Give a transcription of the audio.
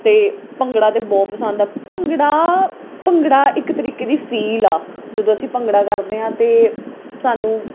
ਅਤੇ ਭੰਗੜਾ ਤਾਂ ਬਹੁਤ ਪਸੰਦ ਆ ਭੰਗੜਾ ਭੰਗੜਾ ਇੱਕ ਤਰੀਕੇ ਦੀ ਫੀਲ ਆ ਜਦੋਂ ਅਸੀਂ ਭੰਗੜਾ ਕਰਦੇ ਹਾਂ ਤਾਂ ਸਾਨੂੰ